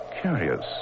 Curious